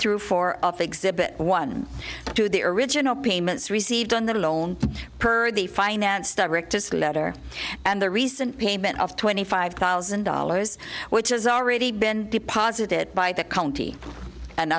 through four of exhibit one to the original payments received on the loan per the finance directors letter and the recent payment of twenty five thousand dollars which has already been deposited by the county and